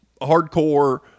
hardcore